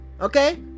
Okay